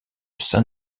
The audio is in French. saint